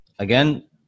Again